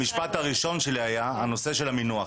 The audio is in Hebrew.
המשפט הראשון שלי היה - הנושא של המינוח.